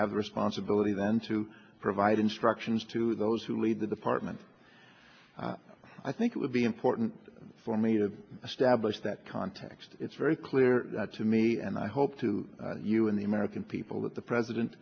have the responsibility then to provide instructions to those who lead the department i think it would be important for me to establish that context it's very clear to me and i hope to you in the american people that the president